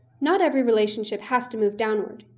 not every relationship has to move downward.